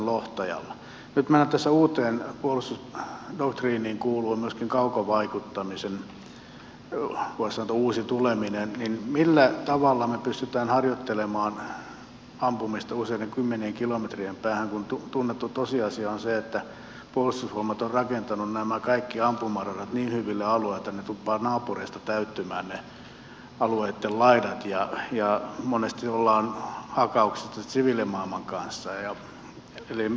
nyt kun meillä uuteen puolustusdoktriiniin kuuluu myöskin kaukovaikuttamisen voisi sanoa uusi tuleminen niin millä tavalla me pystymme harjoittelemaan ampumista useiden kymmenien kilometrien päähän kun tunnettu tosiasia on se että puolustusvoimat on rakentanut nämä kaikki ampumaradat niin hyville alueille että tuppaavat naapureista täyttymään ne alueitten laidat ja monesti ollaan hakauksissa sitten siviilimaailman kanssa